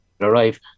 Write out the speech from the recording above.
arrive